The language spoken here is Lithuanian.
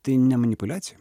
tai ne manipuliacija